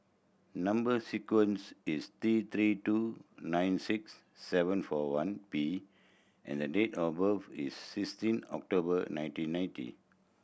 number sequence is T Three two nine six seven four one P and the date of birth is sixteen October nineteen ninety